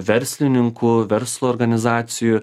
verslininkų verslo organizacijų